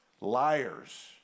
liars